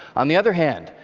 on the other hand,